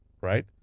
right